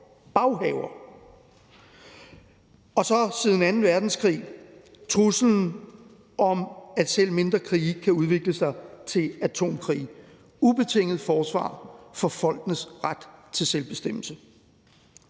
baghaver, og så siden anden verdenskrig har der været truslen om, at selv mindre krige kan udvikle sig til atomkrige. Det handler om ubetinget forsvar for folkenes ret til selvbestemmelse.